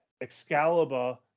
Excalibur